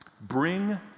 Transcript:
Bring